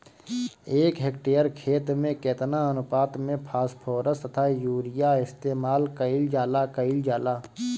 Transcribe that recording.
एक हेक्टयर खेत में केतना अनुपात में फासफोरस तथा यूरीया इस्तेमाल कईल जाला कईल जाला?